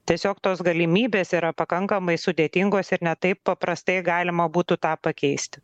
tiesiog tos galimybės yra pakankamai sudėtingos ir ne taip paprastai galima būtų tą pakeisti